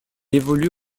évolue